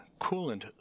coolant